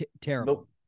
terrible